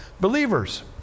believers